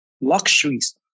luxuries